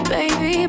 Baby